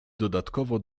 dodatkowo